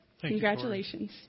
congratulations